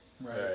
Right